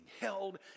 held